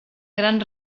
gran